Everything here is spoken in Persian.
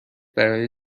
برای